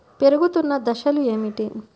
పెరుగుతున్న దశలు ఏమిటి?